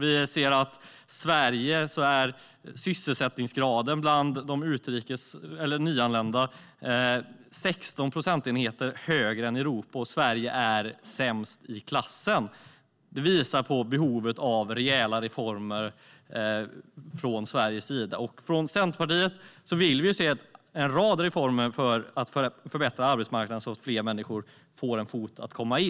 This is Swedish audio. I Sverige är sysselsättningsgraden bland de nyanlända 16 procentenheter lägre än i Europa, och Sverige är sämst i klassen. Det visar på behovet av rejäla reformer från Sveriges sida. Centerpartiet vill se en rad reformer för att förbättra arbetsmarknaden så att fler människor kan få in en fot på arbetsmarknaden.